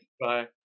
bye